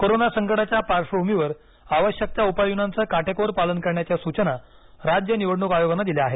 corona संकटाच्या पार्श्वभूमीवर आवश्यक त्या उपाययोजनांचं काटेकोर पालन करण्याच्या सूचना राज्य निवडणूक आयोगानं दिल्या आहेत